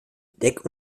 deck